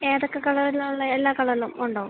ഏതൊക്ക കളറിലാണ് ഉള്ളത് എല്ലാ കളറിലും ഉണ്ടോ